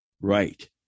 Right